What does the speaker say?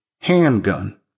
handgun